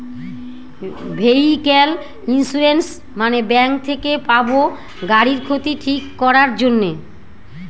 vehicle insurance মানে bank থেকে পাবো গাড়ির ক্ষতি ঠিক করাক জন্যে